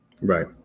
Right